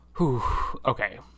Okay